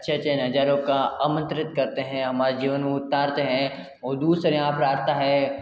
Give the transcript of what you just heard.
अच्छे अच्छे नजारों का आमंत्रित करते है हमारे जीवन में उतारते है और दूसरे यहाँ पर आता है